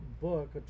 book